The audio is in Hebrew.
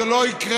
זה לא יקרה.